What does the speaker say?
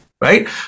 right